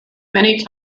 many